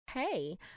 Hey